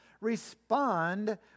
respond